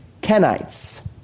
Kenites